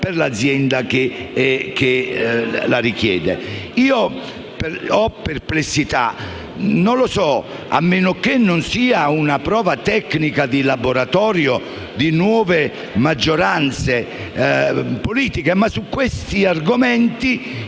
per l'azienda che la richiede. Io ho delle perplessità, a meno che questa non sia una prova tecnica di laboratorio di nuove maggioranze politiche; ma su questi argomenti